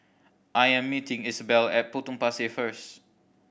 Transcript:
I am meeting Isabell at Potong Pasir first